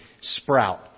sprout